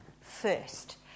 first